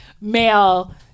male